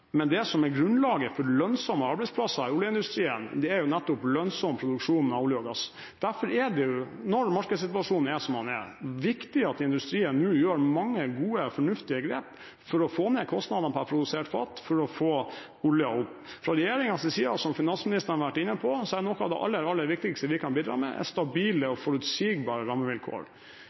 men det som er grunnlaget for lønnsomme arbeidsplasser i oljeindustrien, er nettopp lønnsom produksjon av olje og gass. Derfor er det, når markedssituasjonen er som den er, viktig at industrien nå gjør mange gode og fornuftige grep for å få ned kostnadene per produsert fat for å få oljen opp. Fra regjeringens side er, som finansministeren har vært inne på, noe av det aller viktigste vi kan bidra med, stabile og forutsigbare rammevilkår.